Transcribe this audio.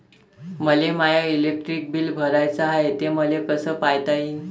मले माय electric bill भराचं हाय, ते मले कस पायता येईन?